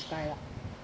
try ah